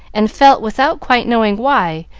and felt, without quite knowing why,